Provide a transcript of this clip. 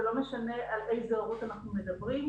ולא משנה על איזו הורות אנחנו מדברים.